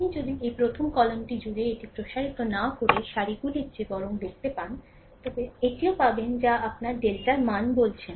আপনি যদি এই প্রথম কলামটি জুড়ে এটি প্রসারিত না করে সারিগুলির চেয়ে বরং দেখতে পান তবে ডান এটিও পাবেন যা আপনি ব দ্বীপের মান বলছেন